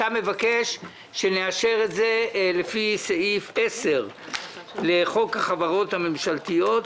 אתה מבקש שנאשר את זה לפי סעיף 10 לחוק החברות הממשלתיות.